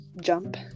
jump